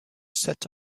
set